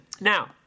Now